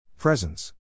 Presence